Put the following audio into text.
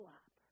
up